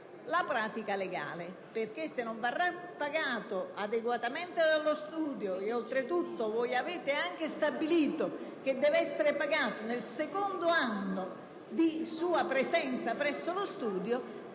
la pratica legale: se il tirocinante non verrà pagato adeguatamente dallo studio legale (oltre tutto, avete anche stabilito che dovrà essere pagato al secondo anno della sua presenza presso lo studio),